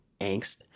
angst